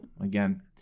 again